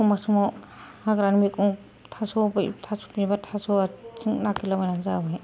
एखमब्ला समाव हाग्रानि मैगं थास' थास' बिबार थास' आथिं नागिरला बायनानै जाबाय